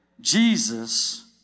Jesus